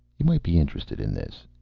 you might be interested in this.